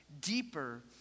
deeper